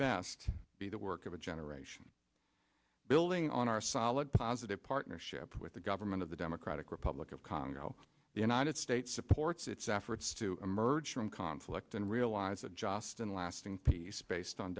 best be work of a generation building on our solid positive partnership with the government of the democratic republic of congo the united states supports its efforts to emerge from conflict and realize a just and lasting peace based on